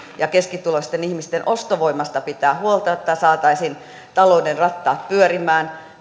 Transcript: ja keskituloisten ihmisten ostovoimasta pitää huolta jotta saataisiin talouden rattaat pyörimään